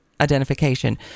identification